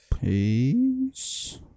Peace